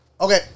Okay